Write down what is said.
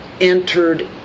entered